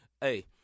Hey